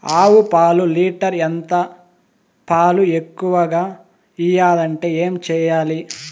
ఆవు పాలు లీటర్ ఎంత? పాలు ఎక్కువగా ఇయ్యాలంటే ఏం చేయాలి?